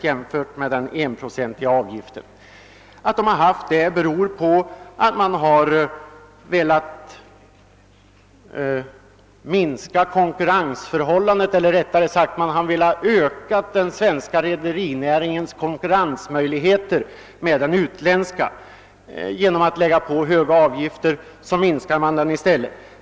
Anledningen var bl.a. att man ville öka den svenska rederinäringens möjligheter att konkurrera med den utländska — genom att lägga på höga avgifter minskar man dem ju.